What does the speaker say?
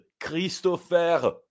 Christopher